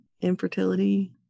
infertility